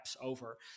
over